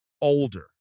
Older